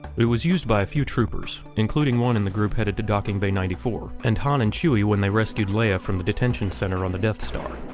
it was used by a few troopers, including one in the group headed to docking bay ninety four, and han and chewie when they rescued leia from the detention center on the death star.